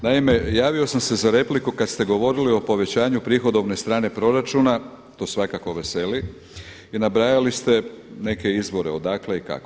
Naime, javio sam se za repliku kada ste govorili o povećanju prihodovne strane proračuna, to svakako veseli i nabrajali ste neke izvore odakle i kako.